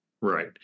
Right